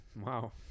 Wow